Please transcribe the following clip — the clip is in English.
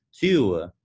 two